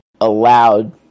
allowed